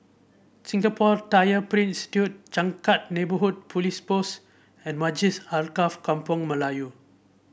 Singapore Tyler Print Institute Changkat Neighbourhood Police Post and Masjid Alkaff Kampung Melayu